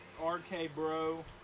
RK-Bro